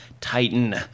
Titan